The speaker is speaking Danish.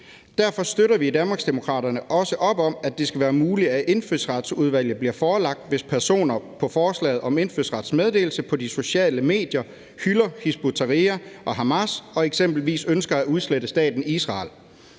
Derfor støtter vi i Danmarksdemokraterne også op om, at det skal være muligt for Indfødsretsudvalget at blive forelagt, hvis personer på forslaget om indfødsretsmeddelelse på de sociale medier hylder Hizb ut-Tahrir og Hamas og eksempelvis ønsker at udslette staten Israel.